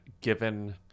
given